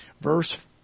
Verse